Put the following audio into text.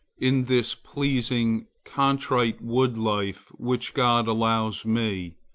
in this pleasing contrite wood-life which god allows me,